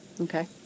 okay